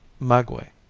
maguey,